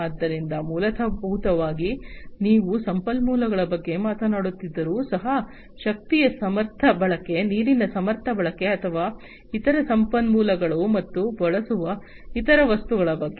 ಆದ್ದರಿಂದ ಮೂಲಭೂತವಾಗಿ ನೀವು ಸಂಪನ್ಮೂಲಗಳ ಬಗ್ಗೆ ಮಾತನಾಡುತ್ತಿದ್ದರೂ ಸಹ ಶಕ್ತಿಯ ಸಮರ್ಥ ಬಳಕೆ ನೀರಿನ ಸಮರ್ಥ ಬಳಕೆ ಅಥವಾ ಇತರ ಸಂಪನ್ಮೂಲಗಳು ಮತ್ತು ಬಳಸುವ ಇತರ ವಸ್ತುಗಳ ಬಗ್ಗೆ